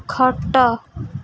ଖଟ